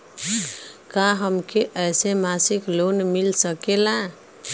का हमके ऐसे मासिक लोन मिल सकेला?